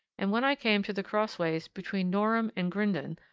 and when i came to the cross-ways between norham and grindon,